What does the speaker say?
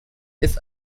ist